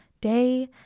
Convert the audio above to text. Day